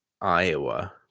Iowa